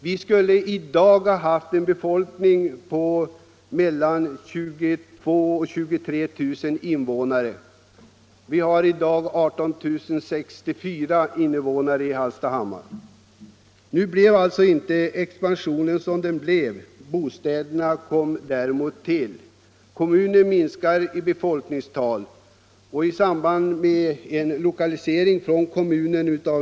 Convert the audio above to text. Vi skulle i dag haft en befolkning på mellan 22 000 och 23 000 invånare men har bara ca 18 000 invånare i Hallstahammar. Expansionen blev inte den som man räknat med. Kommunens befolkningstal minskade. Däremot byggdes bostäderna såsom planerats.